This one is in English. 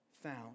found